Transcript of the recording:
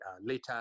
later